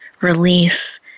release